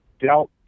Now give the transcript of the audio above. dealt